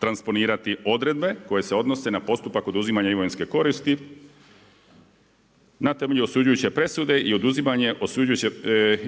transponirati odredbe, koje se odnosi na postupak oduzimanja imovinske koristi na temelju osuđujuće presude